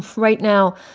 right now,